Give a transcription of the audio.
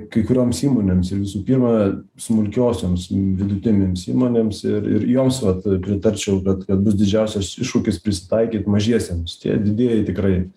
kai kurioms įmonėms ir visų pirma smulkiosioms vidutinėms įmonėms ir ir joms vat pritarčiau bet kad bus didžiausias iššūkis prisitaikyt mažiesiems tie didieji tikrai